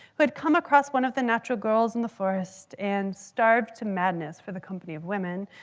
who'd come across one of the natural girls in the forest and starved to madness for the company of women,